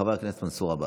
חבר הכנסת מנסור עבאס.